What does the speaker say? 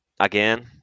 again